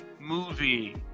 movie